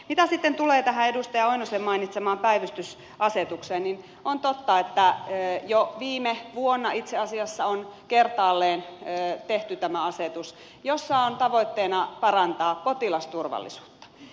mitä sitten tulee tähän edustaja oinosen mainitsemaan päivystysasetukseen on totta että jo viime vuonna itse asiassa on kertaalleen tehty tämä asetus jossa on tavoitteena parantaa potilasturvallisuutta